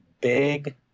big